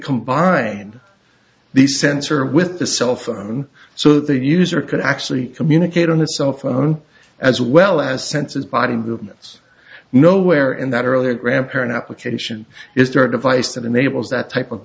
combine the sensor with the cell phone so the user could actually communicate on a cell phone as well as sensors body movements nowhere in that earlier grandparent application is there a device that enables that type of